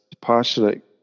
Passionate